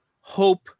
Hope